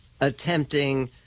attempting